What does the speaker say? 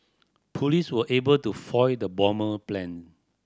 police were able to foil the bomber plan